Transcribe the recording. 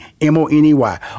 M-O-N-E-Y